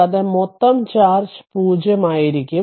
കൂടാതെ മൊത്തം ചാർജ് 0 ആയിരിക്കും